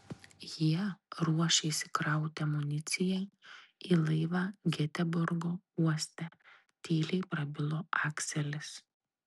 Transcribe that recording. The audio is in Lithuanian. jie ruošėsi krauti amuniciją į laivą geteborgo uoste tyliai prabilo akselis